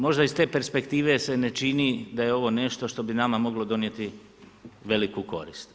Možda iz te perspektive se ne čini da je ovo nešto što bi nama moglo donijeti veliku korist.